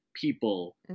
people